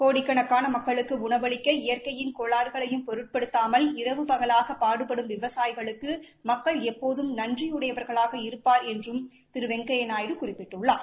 கோடிக்கணக்னன மக்களுக்கு உணவளிக்க இயற்கையின் கோளாறுகளையும் பொருட்படுத்தாமல் இரவு பகலாக பாடுபடும் விவசாயிகளுக்கு மக்கள் எப்போதும் நன்றியுடையவர்களாக இருப்பார் என்று திரு வெங்கையா நாயுடு குறிப்பிட்டுள்ளார்